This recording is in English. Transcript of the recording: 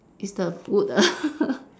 it's the wood